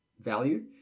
value